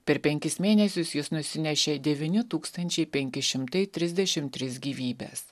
per penkis mėnesius jis nusinešė devyni tūkstančiai penki šimtai trisdešimt tris gyvybes